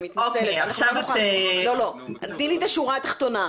אני מתנצלת תני לי את השורה התחתונה.